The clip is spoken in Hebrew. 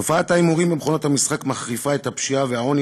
"תופעת ההימורים במכונות המשחק מחריפה את הפשיעה והעוני